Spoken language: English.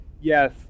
Yes